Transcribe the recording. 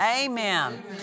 Amen